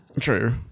True